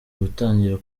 gutangira